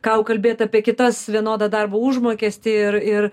ką jau kalbėt apie kitas vienodą darbo užmokestį ir ir